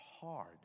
hard